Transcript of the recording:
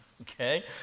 okay